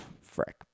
frick